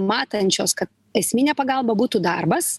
matančios ka esminė pagalba būtų darbas